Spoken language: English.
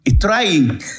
trying